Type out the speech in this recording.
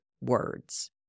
Words